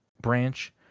branch